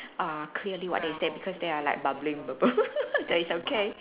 err clearly what they say they are like bubbling bubble that is okay